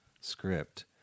script